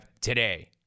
today